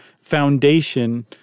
foundation